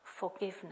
forgiveness